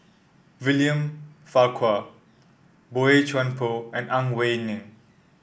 William Farquhar Boey Chuan Poh and Ang Wei Neng